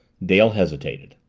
dale hesitated.